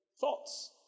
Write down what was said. Thoughts